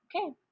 okay